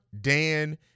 Dan